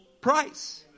price